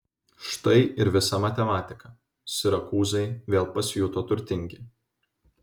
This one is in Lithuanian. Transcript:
štai ir visa matematika sirakūzai vėl pasijuto turtingi